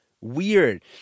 weird